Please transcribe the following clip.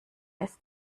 ist